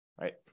right